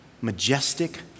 majestic